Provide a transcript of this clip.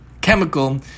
chemical